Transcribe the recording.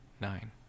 Nine